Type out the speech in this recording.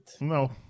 no